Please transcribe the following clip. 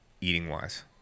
eating-wise